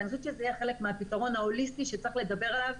ואני חושבת שזה יהיה חלק מהפתרון ההוליסטי שצריך לדבר עליו,